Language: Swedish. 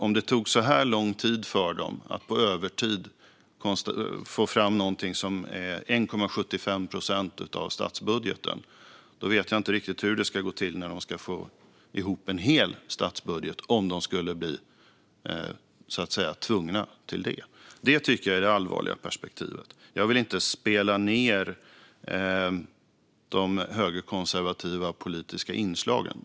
Om det tog så här lång tid för dem att på övertid få fram någonting som är 1,75 procent av statsbudgeten vet jag inte riktigt hur det ska gå till när de ska få ihop en hel statsbudget, om de nu skulle bli tvungna till det. Det tycker jag är det allvarliga perspektivet. Jag vill inte spela ned de högerkonservativa politiska inslagen.